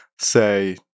say